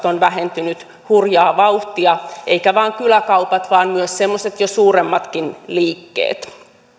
ovat vähentyneet hurjaa vauhtia eivätkä vain kyläkaupat vaan myös semmoiset jo suuremmatkin liikkeet